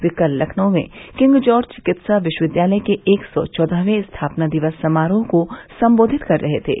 वे कल लखनऊ में King George चिकित्सा विश्वविद्यालय के एक सौ चौदहयें स्थापना दिवस समारोह को संबोधित कर रहे थे